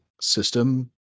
system